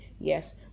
Yes